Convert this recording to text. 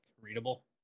readable